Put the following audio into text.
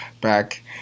back